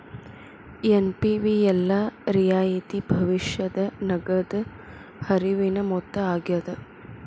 NPV ಎಲ್ಲಾ ರಿಯಾಯಿತಿ ಭವಿಷ್ಯದ ನಗದ ಹರಿವಿನ ಮೊತ್ತ ಆಗ್ಯಾದ